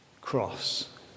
cross